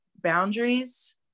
boundaries